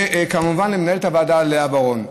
וכמובן למנהלת הוועדה לאה ורון.